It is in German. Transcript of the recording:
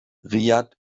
riad